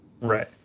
Right